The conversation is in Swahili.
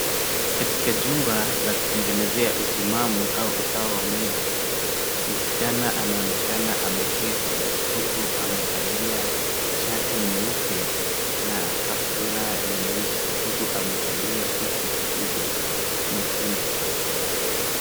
Katika jumba la kutengenezea utimamu au usawa wa mwili, msichana anaonekana ameketi huku amevalia shati nyeupe na kaptura nyeusi, huku amekalia hicho kidude chekundu.